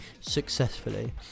successfully